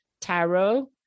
Tarot